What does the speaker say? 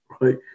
right